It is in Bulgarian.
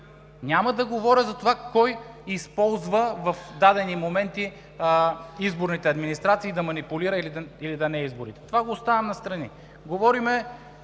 Няма да говоря за това кой използва в дадени моменти изборните администрации да манипулира или не изборите – това го оставям настрани.